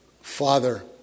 Father